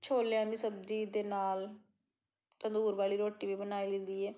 ਛੋਲਿਆਂ ਦੀ ਸਬਜ਼ੀ ਅਤੇ ਨਾਲ ਤੰਦੂਰ ਵਾਲੀ ਰੋਟੀ ਵੀ ਬਣਾ ਲਈ ਦੀ ਹੈ